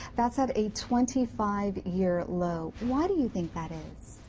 that's at a twenty five year low. why do you think that is?